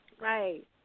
Right